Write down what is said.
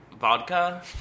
vodka